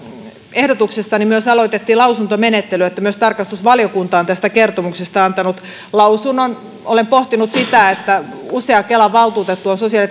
ehdotuksestani myös aloitettiin lausuntomenettely myös tarkastusvaliokunta on tästä kertomuksesta antanut lausunnon olen pohtinut sitä että usea kelan valtuutettu on sosiaali